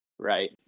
Right